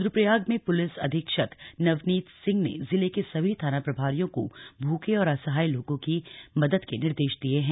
रुद्रप्रयाग में पुलिस अधीक्षक नवनीत सिंह ने जिले के सभी थाना प्रभारियों को भूखे और असहाय लोगों की मदद के निर्देश दिये हैं